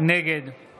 נגד